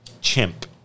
chimp